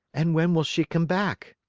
and when will she come back?